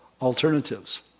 alternatives